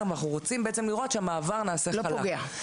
אנחנו רוצים לראות שהמעבר נעשה חלק.